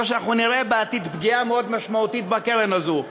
אנחנו נראה בעתיד פגיעה מאוד משמעותית בקרן הזאת.